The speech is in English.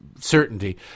certainty